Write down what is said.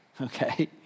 Okay